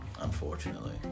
Unfortunately